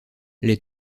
les